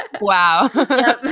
Wow